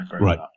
Right